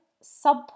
sub